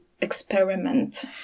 experiment